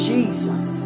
Jesus